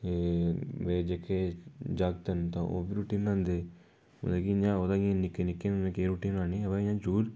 एह् मेरे जेह्के जागत है नां द'ऊं ओह् बी रुट्टी बनांदे मतलब कि इ'यां निक्के निक्के न उ'नें केह् रुट्टी बनानी